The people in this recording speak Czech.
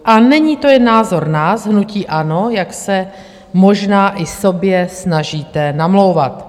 A není to jen názor nás, hnutí ANO, jak se možná i sobě snažíte namlouvat.